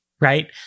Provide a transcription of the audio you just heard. Right